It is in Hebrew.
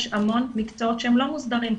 המון מקצועות שהם לא מוסדרים חוקית.